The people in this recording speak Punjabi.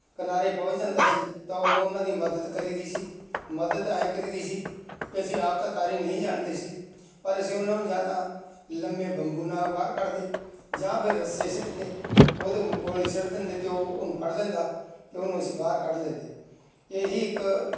ਕਿਨਾਰੇ ਪਹੁੰਚ ਜਾਂਦਾ ਸੀ ਤਾਂ ਉਦੋਂ ਉਹਨਾਂ ਦੀ ਮਦਦ ਕਰੀ ਦੀ ਸੀ ਮਦਦ ਹੈ ਕਰੀ ਦੀ ਸੀ ਕਿ ਅਸੀਂ ਆਪ ਤਾਂ ਤਾਰੀ ਨਹੀਂ ਜਾਣਦੇ ਸੀ ਪਰ ਅਸੀਂ ਉਹਨਾਂ ਨੂੰ ਜਾਂ ਤਾਂ ਲੰਬੇ ਬੰਬੂ ਨਾਲ ਬਾਹਰ ਕੱਢਦੇ ਜਾਂ ਫਿਰ ਰੱਸੇ ਸਿੱਟ ਕੇ ਉਹਦੇ ਮ ਕੋਲ ਸਿੱਟ ਦਿੰਦੇ ਅਤੇ ਉਹ ਉਹਨੂੰ ਫੜ ਲੈਂਦਾ ਅਤੇ ਉਹਨੂੰ ਅਸੀਂ ਬਾਹਰ ਕੱਢ ਲੈਂਦੇ ਇਹ ਹੀ ਇੱਕ